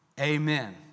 amen